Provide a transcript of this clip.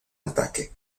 ataque